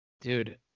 Dude